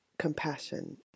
compassion